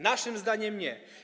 Naszym zdaniem nie.